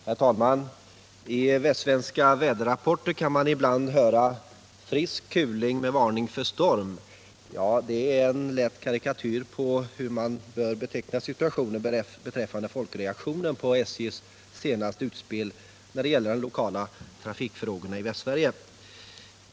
Herr talman! I västsvenska väderrapporter kan man ibland höra: ”Frisk Torsdagen den kuling med varning för storm.” Med en lätt karikatyr skulle man kunna 19 januari 1978 beteckna folkreaktionen på SJ:s senaste utspel i de lokala trafikfrågorna i Västsverige på detta sätt.